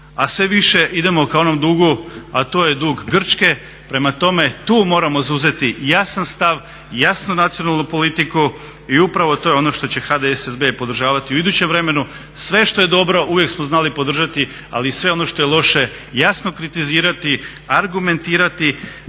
a sve više idemo ka onom dugu a to je dug Grčke. Prema tome, tu moramo zauzeti jasan stav, jasnu nacionalnu politiku i upravo to je ono što će HDSSB podržavati u idućem vremenu. Sve što je dobro uvijek smo znali podržati, ali i sve ono što je loše jasno kritizirati, argumentirati.